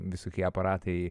visokie aparatai